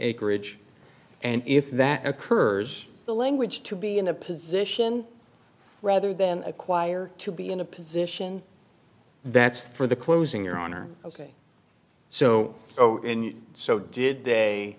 acreage and if that occurs the language to be in a position rather than acquire to be in a position that's for the closing your honor ok so so did they